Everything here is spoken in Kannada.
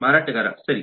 ಮಾರಾಟಗಾರ ಸರಿ